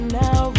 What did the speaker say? now